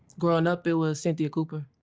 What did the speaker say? growing up it was cynthia cooper.